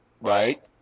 Right